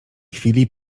chwili